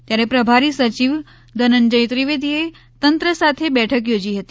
ત્યારે પ્રભારી સચિવ ધનંજ્ય ત્રિવેદીએ તંત્ર સાથે બેઠક યોજી હતી